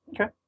okay